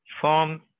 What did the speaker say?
form